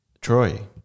Troy